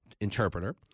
interpreter